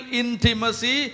intimacy